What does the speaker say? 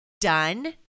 done